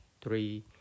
three